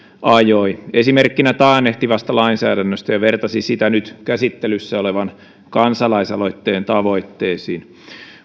ajoi esimerkkinä taannehtivasta lainsäädännöstä ja vertasi sitä nyt käsittelyssä olevan kansalaisaloitteen tavoitteisiin